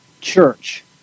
church